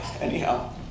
anyhow